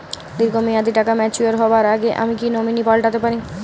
দীর্ঘ মেয়াদি টাকা ম্যাচিউর হবার আগে আমি কি নমিনি পাল্টা তে পারি?